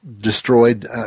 destroyed